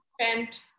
spent